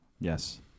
yes